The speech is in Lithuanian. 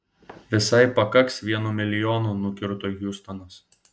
visai pakaks vieno milijono nukirto hiustonas